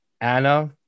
Anna